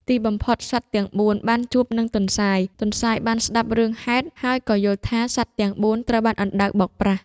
ទីបំផុត សត្វទាំងបួនបានជួបនឹងទន្សាយ។ ទន្សាយបានស្ដាប់រឿងហេតុ ហើយក៏យល់ថាសត្វទាំងបួនត្រូវបានអណ្ដើកបោកប្រាស់។